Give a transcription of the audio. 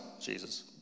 Jesus